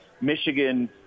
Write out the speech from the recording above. Michigan